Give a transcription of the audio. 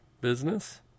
business